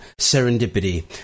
serendipity